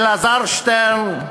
אלעזר שטרן,